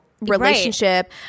relationship